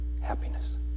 happiness